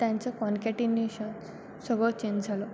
त्यांचं कॉनकेटिन्युशन सगळं चेंज झालं